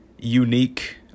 unique